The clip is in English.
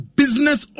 business